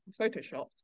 photoshopped